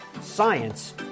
science